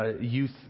youth